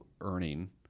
earning